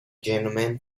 gentlemen